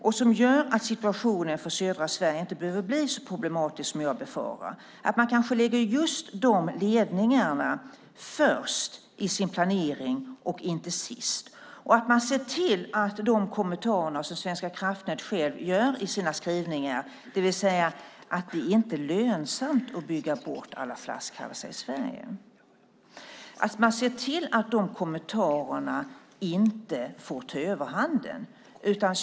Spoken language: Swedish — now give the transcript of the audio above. Det skulle göra att situationen för södra Sverige inte skulle behöva bli så problematisk som jag befarar. Man skulle kanske kunna lägga just de ledningarna först i sin planering och inte sist. Dessutom kan man kanske se till att de kommentarer som Svenska kraftnät själva göra i sina skrivningar, det vill säga att det inte är lönsamt att bygga bort alla flaskhalsar i Sverige, inte får ta överhanden.